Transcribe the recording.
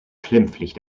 glimpflich